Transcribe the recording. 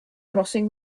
crossing